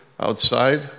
Outside